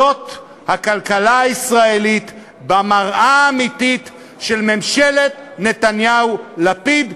זאת הכלכלה הישראלית במראה האמיתית של ממשלת נתניהו-לפיד,